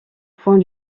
point